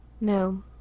No